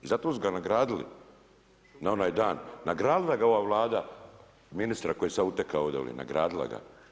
I zato su ga nagradili na onaj dan, nagradili da ga ova Vlada, ministra koji je sad utekao ovdje, nagradila ga.